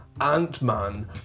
Ant-Man